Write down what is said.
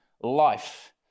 life